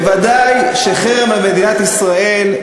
ודאי שחרם על מדינת ישראל,